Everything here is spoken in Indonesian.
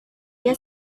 dia